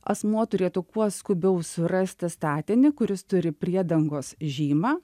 asmuo turėtų kuo skubiau surasti statinį kuris turi priedangos žymą